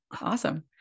awesome